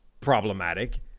problematic